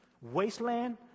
wasteland